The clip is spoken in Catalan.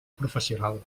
professional